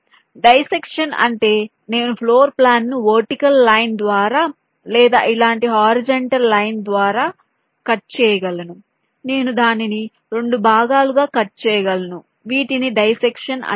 dissection అంటే నేను floor plan ను వర్టికల్ లైన్ ద్వారా లేదా ఇలాంటి హారిజాంటల్ లైన్ ద్వారా కట్ చేయగలను నేను దానిని 2 భాగాలుగా కట్ చేయగలను వీటిని డై సెక్షన్ అంటారు